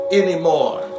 anymore